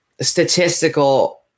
statistical